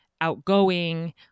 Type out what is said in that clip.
outgoing